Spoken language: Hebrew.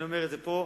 אני אומר את זה פה,